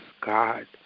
God